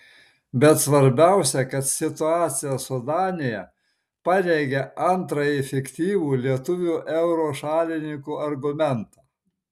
bet svarbiausia kad situacija su danija paneigia antrąjį fiktyvų lietuvių euro šalininkų argumentą